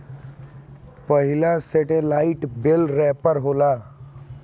पहिला satellite bale wrapper होला